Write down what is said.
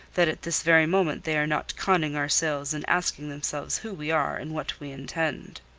that at this very moment they are not conning our sails and asking themselves who we are and what we intend.